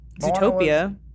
Zootopia